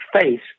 face